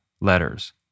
letters